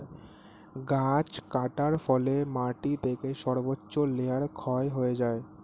গাছ কাটার ফলে মাটি থেকে সর্বোচ্চ লেয়ার ক্ষয় হয়ে যায়